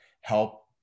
help